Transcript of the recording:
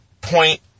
point